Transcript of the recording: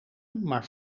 maar